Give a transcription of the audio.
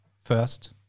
first